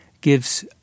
gives